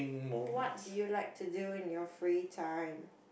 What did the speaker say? what do you like to do in your free time